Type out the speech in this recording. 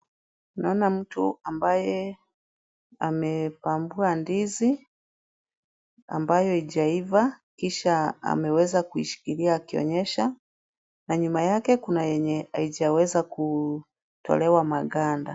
Naona mtu ambaye amebambua ndizi ambayo haijaiva kisha ameweza kuishikilia akionyesha na nyuma yake kuna yenye haijaweza kutolewa maganda.